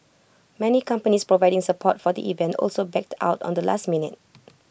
many companies providing support for the event also backed out on the last minute